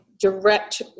direct